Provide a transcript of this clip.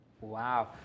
Wow